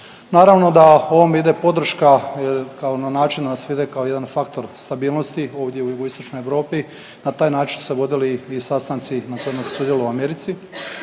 Naravno da ovom ide podrška kao na način da se svede kao jedan faktor stabilnosti ovdje u Jugoistočnoj Europi, na taj način su se vodili i sastanci na kojima se sudjelovalo u Americi,